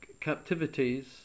captivities